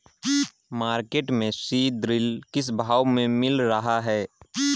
Market में सीद्रिल किस भाव में मिल रहा है?